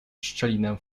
szczelinę